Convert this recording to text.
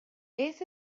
beth